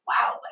wow